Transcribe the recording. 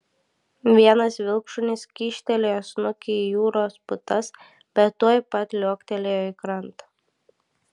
vienas vilkšunis kyštelėjo snukį į jūros putas bet tuoj pat liuoktelėjo į krantą